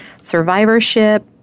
survivorship